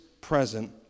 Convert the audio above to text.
present